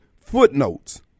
footnotes